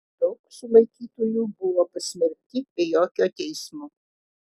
daug sulaikytųjų buvo pasmerkti be jokio teismo